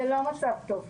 זה לא מצב טוב.